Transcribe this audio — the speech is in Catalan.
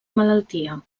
malaltia